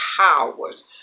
powers